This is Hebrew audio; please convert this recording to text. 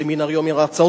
סמינריונים והרצאות,